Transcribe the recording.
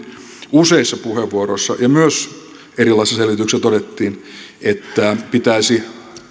useissa puheenvuoroissa ja myös erilaisissa selvityksissä todettiin että pitäisi